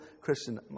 Christian